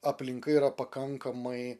aplinka yra pakankamai